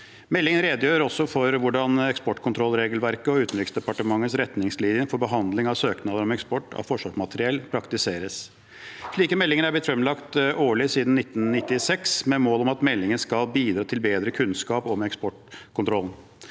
Meldingen redegjør også for hvordan eksportkontrollregelverket og Utenriksdepartementets retningslinjer for behandling av søknader om eksport av forsvarsmateriell praktiseres. Slike meldinger er blitt fremlagt årlig siden 1996, med mål om at meldingen skal bidra til bedre kunnskap om eksportkontrollen.